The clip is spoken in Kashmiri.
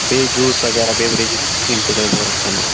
بیٚیہِ جوٗس وغیرہ بیٚوریٚجٕس یِم تہِ تۄہہِ ضوٚرَتھ پٮ۪نو